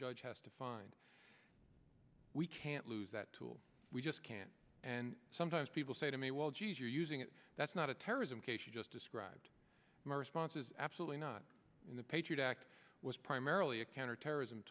judge has to find we can't lose that tool we just can't and sometimes people say i mean well geez you're using it that's not a terrorism case you just described my response is absolutely not the patriot act was primarily a counterterrorism